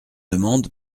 demande